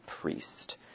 priest